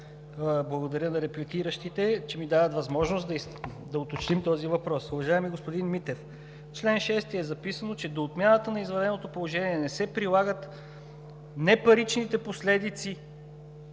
Благодаря на репликиращите, че ми дават възможност да уточним този въпрос. Уважаеми господин Митев, в чл. 6 е записано, че до отмяната на извънредното положение не се прилагат непаричните последици